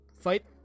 fight